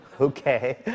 Okay